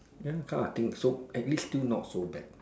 ya that kind of thing so at least still not so bad